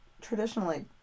traditionally